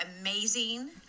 amazing